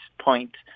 point